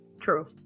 True